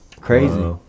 crazy